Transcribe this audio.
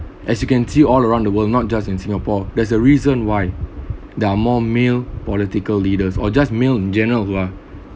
as you can see all around in the world not just in singapore there's a reason why there are more male political leaders or just male in general lah